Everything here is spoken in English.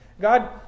God